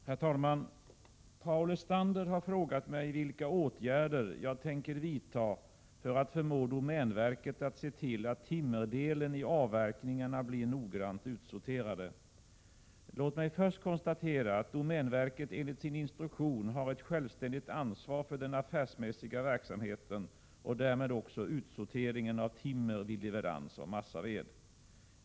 Herr talman! Paul Lestander har frågat mig vilka åtgärder jag tänker vidta för att förmå domänverket att se till att timmerdelen i avverkningarna blir noggrant utsorterad. Låt mig först konstatera att domänverket enligt sin instruktion har ett självständigt ansvar för den affärsmässiga verksamheten och därmed också utsorteringen av timmer vid leverans av massaved.